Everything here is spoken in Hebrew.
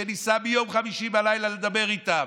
שניסה מיום חמישי בלילה לדבר איתם,